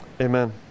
amen